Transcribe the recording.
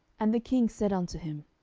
and the king said unto him,